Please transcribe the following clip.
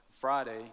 Friday